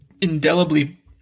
indelibly